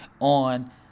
on